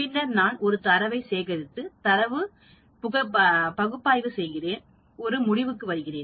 பின்னர் நான் தரவைச் சேகரித்து தரவை பகுப்பாய்வு செய்கிறேன் நான் ஒரு முடிவுக்கு வருகிறேன்